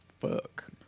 fuck